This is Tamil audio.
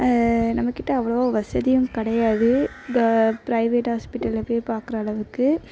நம்மக்கிட்ட அவ்வளவா வசதியும் கிடையாது க ப்ரைவேட் ஹாஸ்பிட்டல்ல போயி பார்க்குற அளவுக்கு